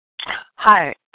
Hi